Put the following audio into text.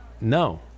no